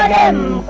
am